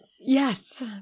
Yes